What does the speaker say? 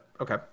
Okay